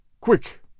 Quick